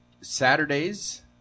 Saturdays